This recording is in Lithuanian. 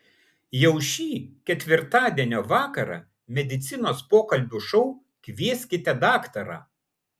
jau šį ketvirtadienio vakarą medicinos pokalbių šou kvieskite daktarą